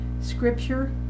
scripture